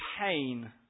pain